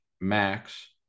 Max